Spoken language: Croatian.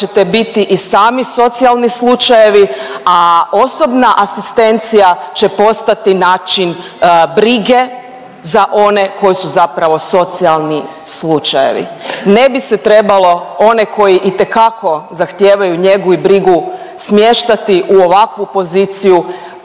ćete biti i sami socijalni slučajevi, a osobna asistencija će postati način brige za one koji su zapravo socijalni slučajevi, ne bi se trebalo one koji itekako zahtijevaju njegu i brigu smještati u ovakvu poziciju